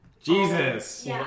Jesus